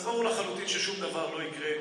אז ברור לחלוטין ששום דבר לא יקרה,